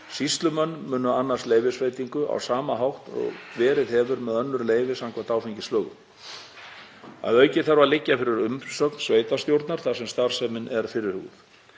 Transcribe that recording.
Sýslumenn munu annast leyfisveitingu á sama hátt og verið hefur með önnur leyfi samkvæmt áfengislögum. Að auki þarf að liggja fyrir umsögn sveitarstjórnar þar sem starfsemin er fyrirhuguð.